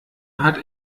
hat